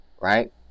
right